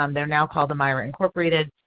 um they are now called mira incorporated.